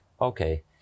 okay